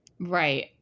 Right